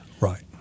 Right